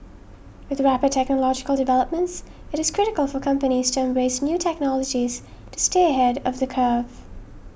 with the rapid technological developments it is critical for companies to embrace new technologies to stay ahead of the curve